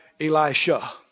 Elisha